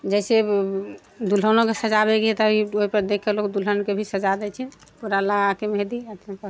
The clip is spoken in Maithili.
जैसे दुल्हनोके सजाबेके तऽ यूट्यूब पर देखिके लोक दुल्हनके भी सजा दय छै पूरा लगाके मेहदी अथी कऽ के